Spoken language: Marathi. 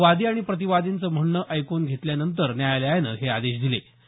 वादी आणि प्रतिवादीचं म्हणनं ऐकून घेतल्यानंतर न्यायालयानं हे आदेश दिलें